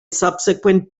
subsequent